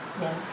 Yes